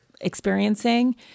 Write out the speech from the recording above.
experiencing